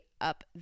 up